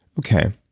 okay,